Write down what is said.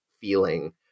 feeling